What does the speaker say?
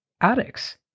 addicts